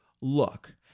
look